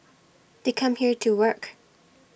they come here to work